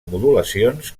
modulacions